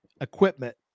equipment